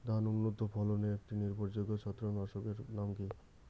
ধান উন্নত ফলনে একটি নির্ভরযোগ্য ছত্রাকনাশক এর নাম কি?